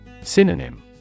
Synonym